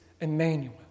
Emmanuel